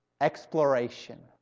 Exploration